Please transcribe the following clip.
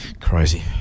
crazy